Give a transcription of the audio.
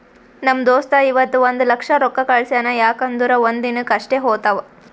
ನಮ್ ದೋಸ್ತ ಇವತ್ ಒಂದ್ ಲಕ್ಷ ರೊಕ್ಕಾ ಕಳ್ಸ್ಯಾನ್ ಯಾಕ್ ಅಂದುರ್ ಒಂದ್ ದಿನಕ್ ಅಷ್ಟೇ ಹೋತಾವ್